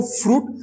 fruit